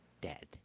dead